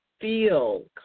feel